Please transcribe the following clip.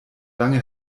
lange